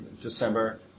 December